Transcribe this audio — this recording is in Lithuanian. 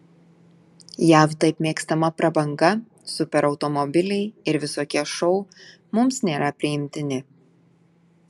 jav taip mėgstama prabanga superautomobiliai ir visokie šou mums nėra priimtini